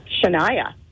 Shania